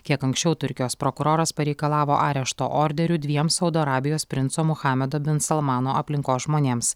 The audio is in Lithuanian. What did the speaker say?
kiek anksčiau turkijos prokuroras pareikalavo arešto orderio dviem saudo arabijos princo muhamedo bin salmano aplinkos žmonėms